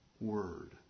Word